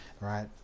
right